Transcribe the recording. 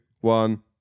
one